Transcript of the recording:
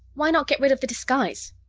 why not get rid of the disguise?